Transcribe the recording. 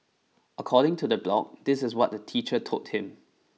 according to the blog this is what the teacher told him